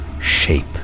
shape